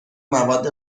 مواد